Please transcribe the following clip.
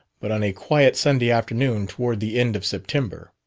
but on a quiet sunday afternoon toward the end of september.